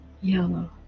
yellow